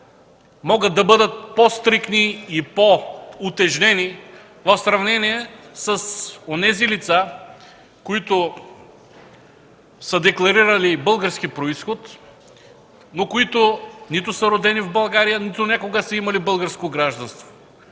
могат да бъдат по-стриктни и по-утежнени в сравнение с онези лица, които са декларирали български произход, но нито са родени в България, нито някога са имали българско гражданство.